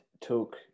took